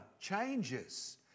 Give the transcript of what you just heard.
changes